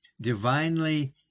divinely